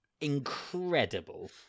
incredible